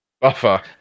Buffer